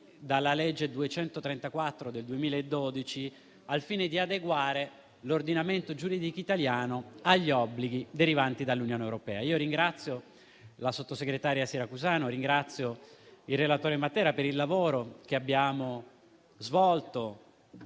dalla legge n. 234 del 2012, al fine di adeguare l'ordinamento giuridico italiano agli obblighi derivanti dall'Unione europea. Io ringrazio la sottosegretaria Siracusano e il relatore Matera per il lavoro che abbiamo svolto